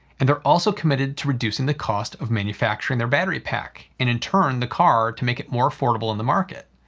and they're also committed to reducing the cost of manufacturing their battery pack, and in turn the car, to make it more affordable in the market.